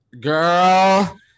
girl